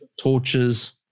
torches